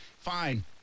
fine